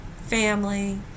family